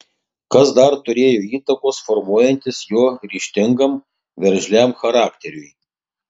kas dar turėjo įtakos formuojantis jo ryžtingam veržliam charakteriui